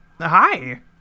Hi